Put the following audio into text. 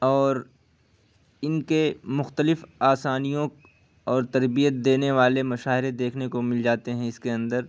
اور ان کے مختلف آسانیوں اور تربیت دینے والے مشاہرے دیکھنے کو مل جاتے ہیں اس کے اندر